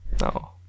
no